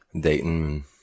dayton